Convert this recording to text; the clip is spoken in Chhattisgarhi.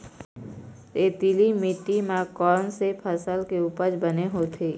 रेतीली माटी म कोन से फसल के उपज बने होथे?